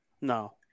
No